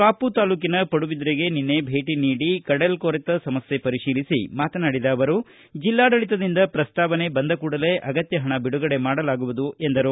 ಕಾಪು ತಾಲೂಕಿನ ಪಡುಬಿದ್ರೆಗೆ ಭೇಟ ನೀಡಿ ಕಡಲ್ಕೊರೆತ ಸಮಸ್ಟೆ ಪರಿಶೀಲಿಸಿ ಮಾತನಾಡಿದ ಅವರು ಜಿಲ್ಲಾಡಳಿತದಿಂದ ಪ್ರಸ್ತಾವನೆ ಬಂದ ಕೂಡಲೇ ಅಗತ್ಯ ಹಣ ಬಿಡುಗಡೆ ಮಾಡಲಾಗುವುದು ಎಂದರು